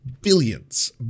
Billions